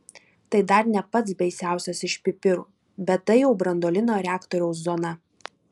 tai dar ne pats baisiausias iš pipirų bet tai jau branduolinio reaktoriaus zona